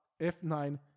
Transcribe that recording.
F9